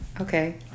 Okay